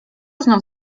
znów